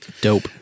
dope